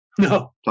No